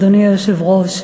אדוני היושב-ראש.